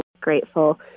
grateful